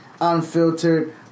unfiltered